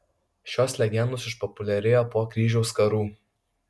šios legendos išpopuliarėjo po kryžiaus karų